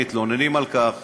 מתלוננים על כך